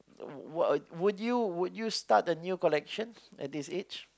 uh w~ w~ would you would you start a new collections at this age